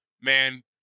Man